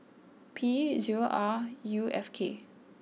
P zero R U F K